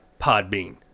Podbean